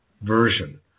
version